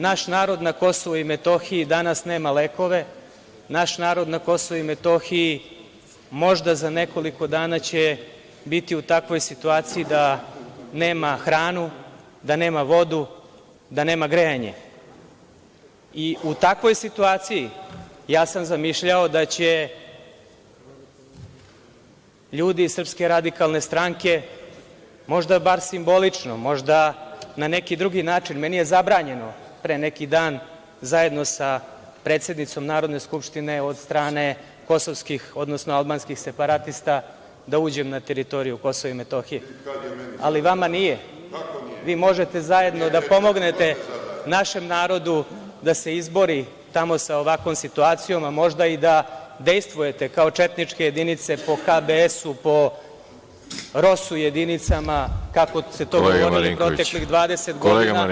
Naš narod na Kosovu i Metohiji danas nema lekove, naš narod na Kosovu i Metohiji možda za nekoliko dana će biti u takvoj situaciji da nema hranu, da nema vodu, da nema grejanje i u takvoj situaciji ja sam zamišljao da će ljudi iz SRS možda bar simbolično, možda na neki drugi način, meni je zabranjeno pre neki dan, zajedno sa predsednicom Narodne skupštine, od strane kosovskih odnosno albanskih separatista, da uđem na teritoriju Kosova i Metohije… (Vojislav Šešelj: Ih, kad je meni zabranjeno!) Ali vama nije. (Vojislav Šešelj: Kako nije?) Vi možete zajedno da pomognete našem narodu da se izbori tamo sa ovakvom situacijom, a možda i da dejstvujete kao četničke jedinice po HBS, po Rosu jedinicama, kako ste to govorili proteklih 20 godina…